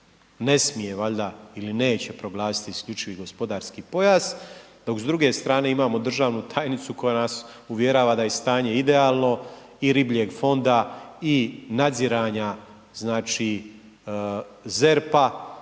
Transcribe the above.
ne smije valjda ili neće proglasiti isključivi gospodarski pojas, dok s druge strane imamo državnu tajnicu koja nas uvjerava da je stanje idealno i ribljeg fonda i nadziranja,